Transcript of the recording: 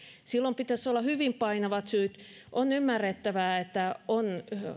siihen pitäisi olla hyvin painavat syyt on ymmärrettävää että on